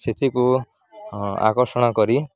ସେଥିକୁ ଆକର୍ଷଣ କରି